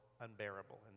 unbearable